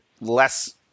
less